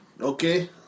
Okay